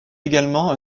également